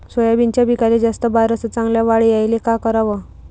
सोयाबीनच्या पिकाले जास्त बार अस चांगल्या वाढ यायले का कराव?